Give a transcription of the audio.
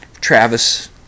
Travis